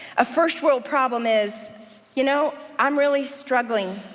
a first world problem is you know, i'm really struggling.